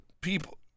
people